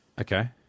Okay